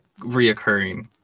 reoccurring